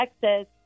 Texas